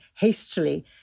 hastily